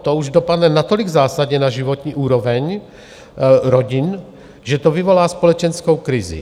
To už dopadne natolik zásadně na životní úroveň rodin, že to vyvolá společenskou krizi.